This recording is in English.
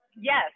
Yes